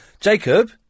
Jacob